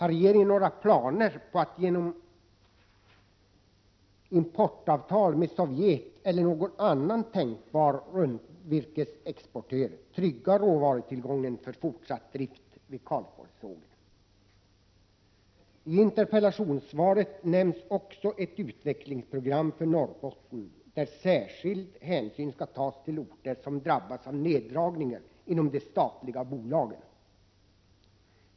Har regeringen några planer på att genom importavtal med Sovjet eller någon annan tänkbar rundvirkesexportör trygga råvarutillgången för fortsatt drift vid Karlsborgssågen? I interpellationssvaret nämns också ett utvecklingsprogram för Norrbotten där särskild hänsyn skall tas till orter som drabbas av neddragningar inom de statliga bolagen.